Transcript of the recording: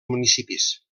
municipis